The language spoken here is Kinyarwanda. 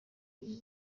uyu